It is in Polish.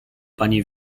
pani